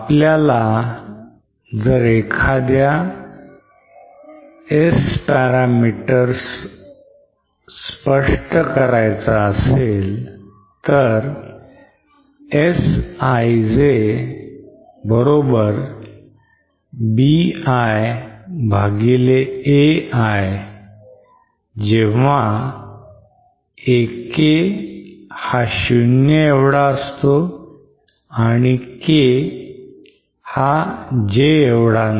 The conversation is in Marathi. आपल्याला जर एखादा S parameter स्पष्ट करायचा असेल तर Sij bi ai जेव्हा ak 0 आणि K not equal to J